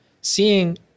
seeing